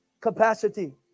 capacity